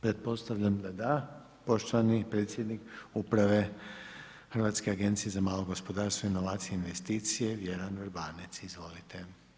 Pretpostavljam da da, poštovani predsjednik uprave Hrvatske agencije za malo gospodarstvo, inovacije i investicije Vjeran Vrbanec, izvolite.